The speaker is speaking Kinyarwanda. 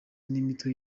n’imitwe